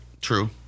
True